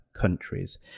countries